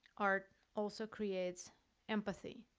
art also creates empathy